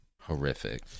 horrific